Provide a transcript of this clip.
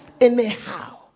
anyhow